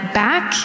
back